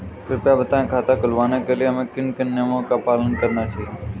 कृपया बताएँ खाता खुलवाने के लिए हमें किन किन नियमों का पालन करना चाहिए?